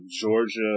Georgia